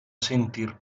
sentir